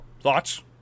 thoughts